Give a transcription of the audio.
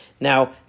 Now